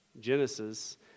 Genesis